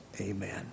Amen